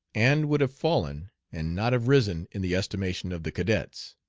and would have fallen and not have risen in the estimation of the cadets.